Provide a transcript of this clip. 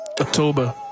October